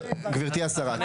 גברתי השרה.